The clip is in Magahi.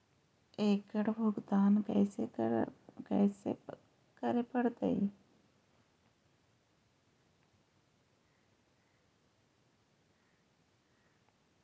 एकड़ भुगतान कैसे करे पड़हई?